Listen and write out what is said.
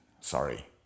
sorry